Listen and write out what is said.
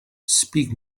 speak